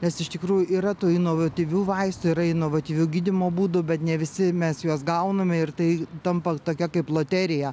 nes iš tikrųjų yra tų inovatyvių vaistų yra inovatyvių gydymo būdų bet ne visi mes juos gauname ir tai tampa tokia kaip loterija